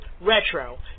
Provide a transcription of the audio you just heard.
Retro